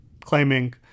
claiming